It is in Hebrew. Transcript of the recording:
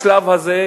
בשלב הזה,